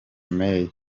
may